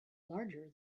larger